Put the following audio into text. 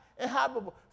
inhabitable